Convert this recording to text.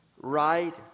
right